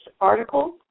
article